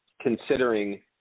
considering